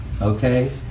Okay